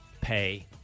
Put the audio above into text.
pay